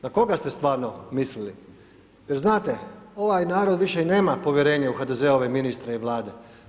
Na koga ste stvarno mislili Jer znate, ovaj narod više i nema povjerenja u HDZ-ove ministre i Vlade.